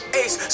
ace